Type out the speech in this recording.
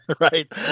Right